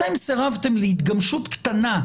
אתם סירבתם להתגמשות קטנה,